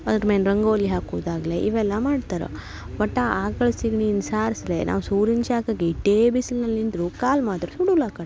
ಅದ್ರ ಮೇಲ್ ರಂಗೋಲಿ ಹಾಕುದಾಗಲಿ ಇವೆಲ್ಲ ಮಾಡ್ತರೆ ಒಟ್ಟು ಆ ಆಕಳ ಸೆಗ್ಣಿನ್ ಸಾರ್ಸ್ರೇ ನಾವು ಸೂರ್ಯನ ಶಾಖಗ್ ಎಟ್ಟೇ ಬಿಸ್ಲಿನಲ್ಲಿ ನಿಂತರೂ ಕಾಲು ಮಾತ್ರ ಸುಡುಲಕಡ